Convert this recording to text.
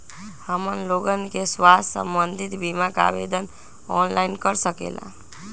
हमन लोगन के स्वास्थ्य संबंधित बिमा का आवेदन ऑनलाइन कर सकेला?